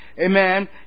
Amen